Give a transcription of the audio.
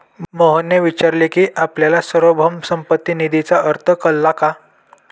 मोहनने विचारले की आपल्याला सार्वभौम संपत्ती निधीचा अर्थ कळला का?